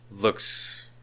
Looks